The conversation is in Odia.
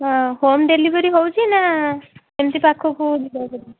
ହଁ ହୋମ୍ ଡେଲିଭରୀ ହେଉଛି ନା ଏମିତି ପାଖକୁ ଯିବାକୁ